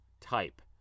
type